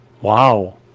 Wow